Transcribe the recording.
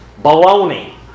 Baloney